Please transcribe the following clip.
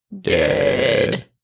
Dead